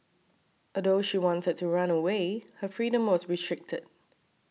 although she wanted to run away her freedom was restricted